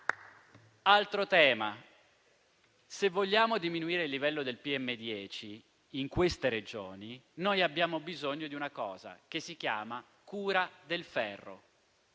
seguente. Se vogliamo diminuire il livello del PM10 in queste Regioni abbiamo bisogno di quella che si chiama cura del ferro: